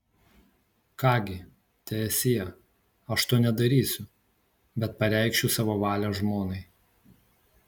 ką gi teesie aš to nedarysiu bet pareikšiu savo valią žmonai